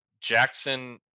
Jackson